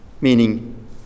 meaning